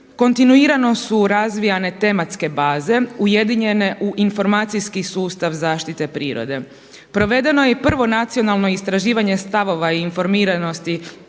kontinuirano su razvijane tematske baze ujedinjene u informacijski sustav zaštite prirode. Provedeno je i prvo nacionalno istraživanje stavova i informiranosti